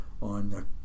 on